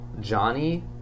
Johnny